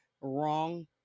wrong